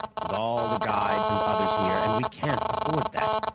with all the guides and others here, and we can't afford that.